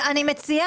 רוויזיה